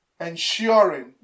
ensuring